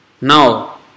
Now